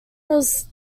was